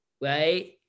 right